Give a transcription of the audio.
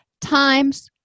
times